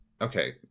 okay